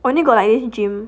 only got like this gym